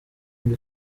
ngo